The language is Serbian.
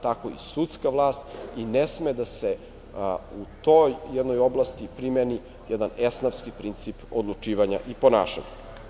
Tako i sudska vlast i ne sme da se u toj jednoj oblasti primeni jedan esnafski princip odlučivanja i ponašanja.